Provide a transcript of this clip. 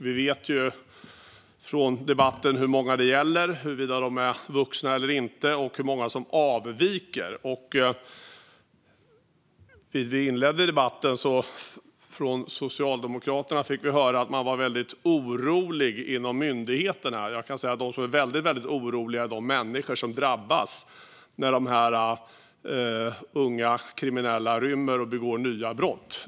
Vi vet ju från debatten hur många det gäller, huruvida de är vuxna eller inte och hur många som avviker. I inledningen av debatten fick vi från Socialdemokraterna höra att man var väldigt orolig inom myndigheterna. Jag kan säga att de som är väldigt oroliga är de människor som drabbas när de unga kriminella rymmer och begår nya brott.